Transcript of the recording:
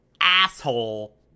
asshole